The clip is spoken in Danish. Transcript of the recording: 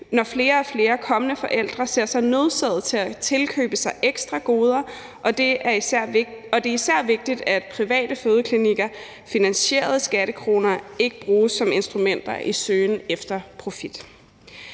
når flere og flere kommende forældre ser sig nødsaget til at tilkøbe sig ekstra goder, og det er især vigtigt, at private fødeklinikker finansieret af skattekroner ikke bruges som instrumenter i søgen efter profit.